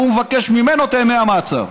והוא מבקש ממנו את ימי המעצר.